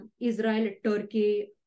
Israel-Turkey